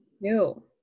no